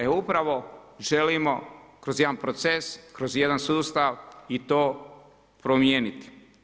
E upravo, želimo, kroz jedan proces, kroz jedan sustav i to promijeniti.